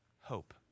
Hope